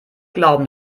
glauben